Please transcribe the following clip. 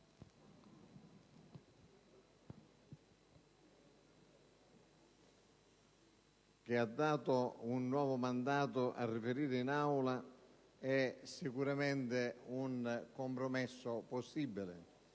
che ha dato un nuovo mandato a riferire in Aula, è sicuramente un compromesso possibile